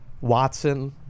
Watson